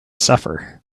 suffer